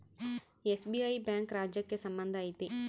SBI bank ರಾಜ್ಯಕ್ಕೆ ಸಂಬಂಧ ಐತಿ